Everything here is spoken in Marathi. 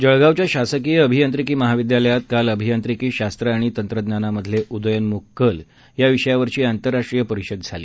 जळगावच्या शासकीय अभियांत्रिकी महाविद्यालयात काल अभियांत्रिकी शास्त्र आणि तंत्रज्ञानामधले उदयोन्मुख कल याविषयावरची आंतरराष्ट्रीय परिषद काल झाली